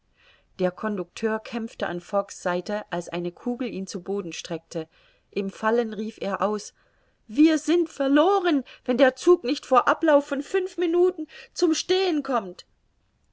der conducteur kämpfte an fogg's seite als eine kugel ihn zu boden streckte im fallen rief er aus wir sind verloren wenn der zug nicht vor ablauf von fünf minuten zum stehen kommt